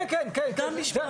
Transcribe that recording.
הנושא